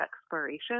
exploration